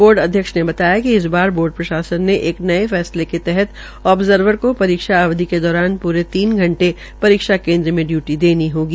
board अध्यक्ष ने बताया कि इस बार बोर्ड प्रशासन ने एक नये फैसले के तहत ओबर्जरवर को परीक्षा अवधि के दौरान तीन घंटे परीक्षा केन्द्र में डय्टी देनी होगी